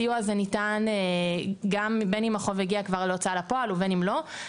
הסיוע הזה ניתן גם בין אם החוב הגיע כבר להוצאה לפועל ובין אם לא.